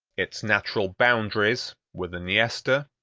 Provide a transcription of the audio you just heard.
its natural boundaries were the niester,